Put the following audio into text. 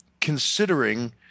considering